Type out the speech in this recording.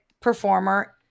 performer